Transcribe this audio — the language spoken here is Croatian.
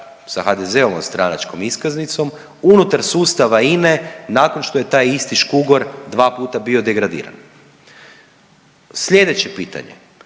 sa HDZ-ovom stranačkom iskaznicom, unutar sustava INA-e nakon što je taj isti Škugor dva puta bio degradiran? Sljedeće pitanje,